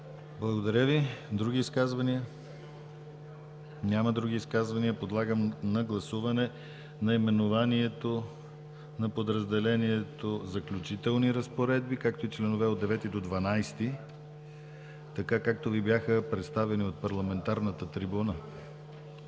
Благодаря Ви. Други изказвания? Няма други изказвания. Подлагам на гласуване наименованието на подразделението „Заключителни разпоредби“, както и членове от 9 до 12, така както Ви бяха представени от парламентарната трибуна